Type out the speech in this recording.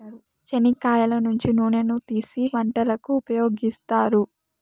చెనిక్కాయల నుంచి నూనెను తీసీ వంటలకు ఉపయోగిత్తారు